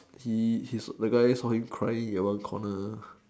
he his the guy saw him crying at one corner